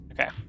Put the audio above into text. Okay